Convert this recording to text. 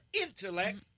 intellect